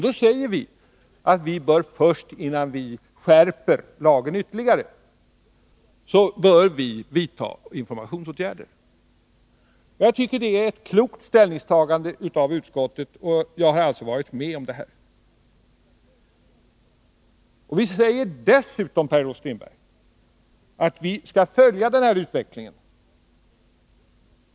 Då säger vi att man innan man skärper lagen ytterligare bör vidta informationsåtgärder. Jag tycker att det är ett klokt ställningstagande av utskottet, och jag har alltså varit med om det. Vi säger dessutom, Per-Olof Strindberg, att vi skall följa utvecklingen.